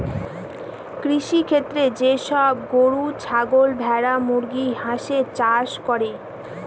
কৃষিক্ষেত্রে যে সব গরু, ছাগল, ভেড়া, মুরগি, হাঁসের চাষ করে